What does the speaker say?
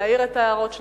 להעיר את ההערות שלהם,